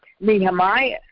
Nehemiah